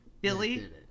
billy